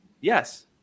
Yes